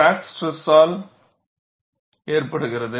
crack ஸ்ட்ரெஸால் ஏற்படுகிறது